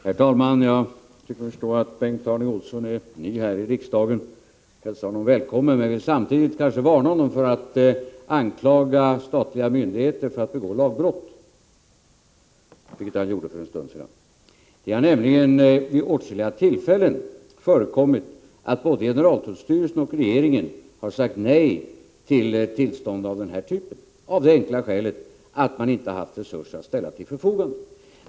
Herr talman! Jag tycker mig förstå att Bengt Harding Olson är ny här i riksdagen. Jag hälsar honom välkommen, men jag vill samtidigt varna honom för att anklaga statliga myndigheter för att begå lagbrott, vilket han gjorde för en stund sedan. Det har nämligen vid åtskilliga tillfällen förekommit att både generaltullstyrelsen och regeringen har sagt nej till tillstånd av den här typen, av det enkla skälet att man inte har haft resurser att ställa till förfogande.